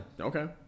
Okay